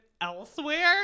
elsewhere